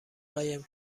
قایم